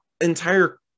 entire